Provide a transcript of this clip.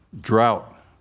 drought